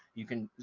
you can